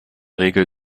regel